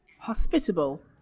Hospitable